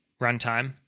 runtime